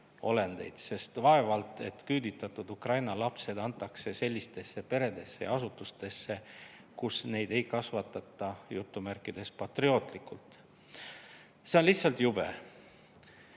olendeid, sest vaevalt et küüditatud lapsed antakse sellistesse peredesse ja asutustesse, kus neid ei kasvatata "patriootlikult". See on lihtsalt jube. Viis